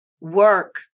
work